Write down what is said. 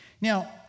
Now